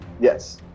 Yes